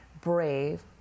brave